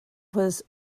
was